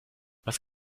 was